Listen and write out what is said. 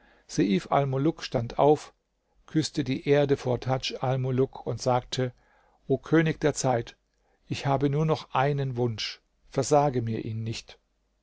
stand auf küßte die erde vor tadj almuluk und sagte o könig der zeit ich habe nur noch einen wunsch versage mir ihn nicht